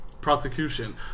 Prosecution